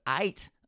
eight